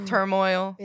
Turmoil